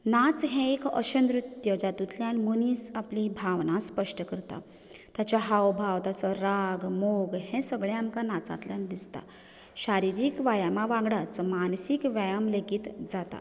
नाच हें एक अशें नृत्य जातुंतल्यान मनीस आपली भावना स्पश्ट करता ताचे हावभाव ताचो राग मोग हें सगळें आमकां नाचांतल्यान दिसता शारिरीक व्यायामा वांगडाच मानसीक व्यायाम लेगीत जाता